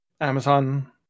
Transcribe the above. Amazon